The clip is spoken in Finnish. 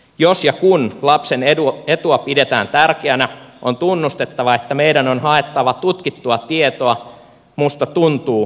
jos ja kun lapsen etua pidetään tärkeänä on tunnustettava että meidän on haettava tutkittua tietoa musta tuntuu olettamien sijaan